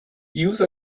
use